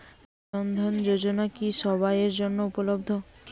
জন ধন যোজনা কি সবায়ের জন্য উপলব্ধ?